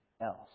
else